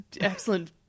excellent